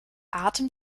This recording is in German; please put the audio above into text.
atem